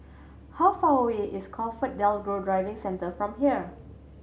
how far away is ComfortDelGro Driving Centre from here